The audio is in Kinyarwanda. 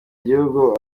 gihugu